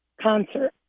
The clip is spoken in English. concert